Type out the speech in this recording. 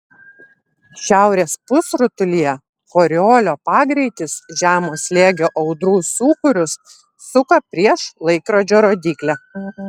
šiaurės pusrutulyje koriolio pagreitis žemo slėgio audrų sūkurius suka prieš laikrodžio rodyklę